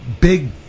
big